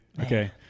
Okay